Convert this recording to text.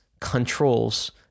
controls